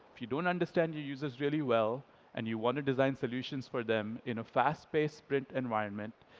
if you don't understand your users really well and you want to design solutions for them in a fast-paced sprint environment,